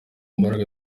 mbaraga